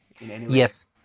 Yes